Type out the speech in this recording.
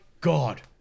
god